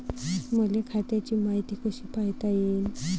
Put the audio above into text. मले खात्याची मायती कशी पायता येईन?